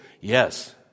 Yes